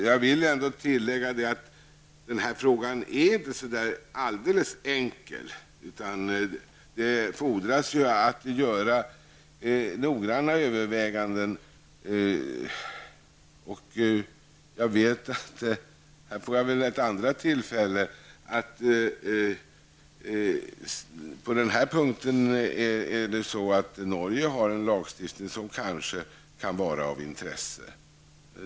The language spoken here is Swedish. Jag vill tillägga att den här frågan inte är alldeles enkel, utan det är nödvändigt att göra noggranna överväganden. Här får jag ett andra tillfälle att nämna förhållandena i Norge. Norge har på den här punkten en lagstiftning som kanske kan vara av intresse.